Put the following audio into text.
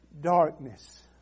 darkness